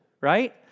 right